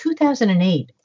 2008